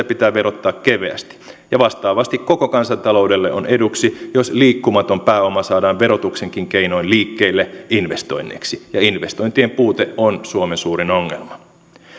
pitää verottaa keveästi ja vastaavasti koko kansantaloudelle on eduksi jos liikkumaton pääoma saadaan verotuksenkin keinoin liikkeelle investoinneiksi ja investointien puute on suomen suurin ongelma